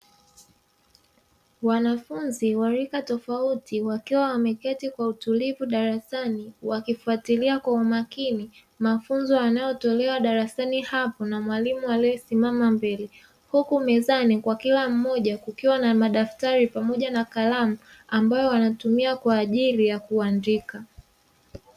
Wanafunzi wa rika tofauti, wakiwa wameketi kwa utulivu darasani, wakifuatilia kwa umakini mafunzo yanayotolewa darasani hapo na mwalimu aliyesimama mbele. Huku mezani kwa kila mmoja kukiwa na madaftari pamoja na kalamu, ambayo wanatumia kwa ajili ya kuandika.